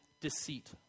deceit